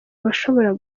bashobora